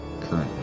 currently